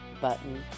button